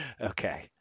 Okay